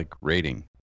rating